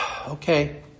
Okay